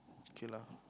okay lah